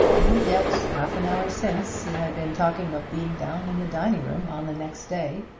and yet half an hour since he had been talking of being down in the dining-room on the next day.